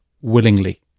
willingly